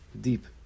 deep